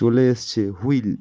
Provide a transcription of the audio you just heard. চলে এসেছে হুইল